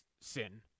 sin